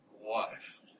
wife